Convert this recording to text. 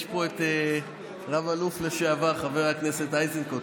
יש פה את רב-אלוף לשעבר חבר הכנסת איזנקוט,